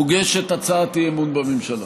מוגשת הצעת אי-אמון בממשלה.